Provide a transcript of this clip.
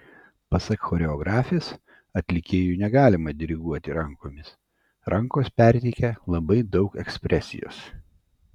pasak choreografės atlikėjui negalima diriguoti rankomis rankos perteikia labai daug ekspresijos